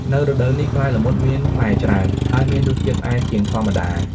នៅរដូវនេះ ផ្លែល្មុតមានផ្លែច្រើន ហើយមានរសជាតិផ្អែមជាងធម្មតា។